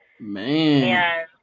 Man